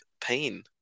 pain